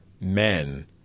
men